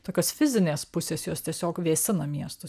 tokios fizinės pusės jos tiesiog vėsina miestus